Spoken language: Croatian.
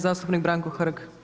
Zastupnik Branko Hrg.